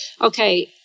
okay